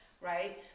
right